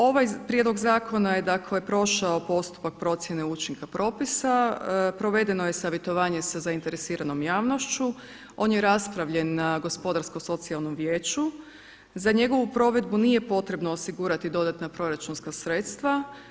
Ovaj prijedlog zakona je prošao postupak procjene učinka propisa, provedeno je savjetovanje sa zainteresiranom javnošću, on je raspravljen na Gospodarsko-socijalnom vijeću, za njegovu provedbu nije potrebno osigurati dodatna proračunska sredstva.